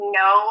no